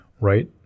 right